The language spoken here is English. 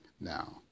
Now